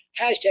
hashtag